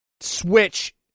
Switch